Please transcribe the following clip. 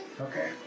Okay